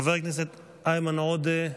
חבר הכנסת איימן עודה,